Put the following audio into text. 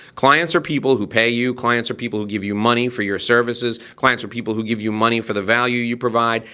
clients are people who pay you, clients are people who give you money for your services. clients are people who give you money for the value you provide.